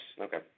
Okay